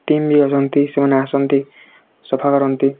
team ବି ଅଛନ୍ତି ସେମାନେ ଆସନ୍ତି ସଫା କରନ୍ତି